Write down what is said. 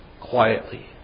quietly